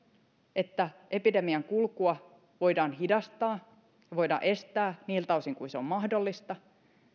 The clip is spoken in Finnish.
että epidemian kulkua voidaan hidastaa voidaan estää niiltä osin kuin se on mahdollista